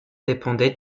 dépendait